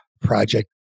Project